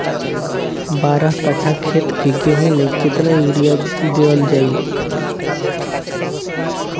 बारह कट्ठा खेत के गेहूं में केतना यूरिया देवल जा?